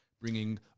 bringing